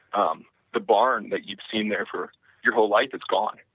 um the barn that you've seen there for your whole life, it's gone.